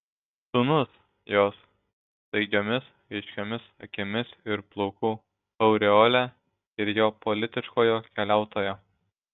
sūnus jos staigiomis aiškiomis akimis ir plaukų aureole ir jo politiškojo keliautojo